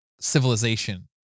civilization